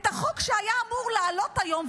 את החוק שהיה אמור לעלות היום,